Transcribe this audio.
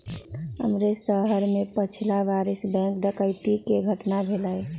हमरे शहर में पछिला बरिस बैंक डकैती कें घटना भेलइ